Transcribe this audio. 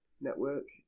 Network